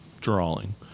drawing